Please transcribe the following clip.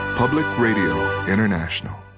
public radio international.